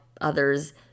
others